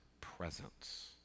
presence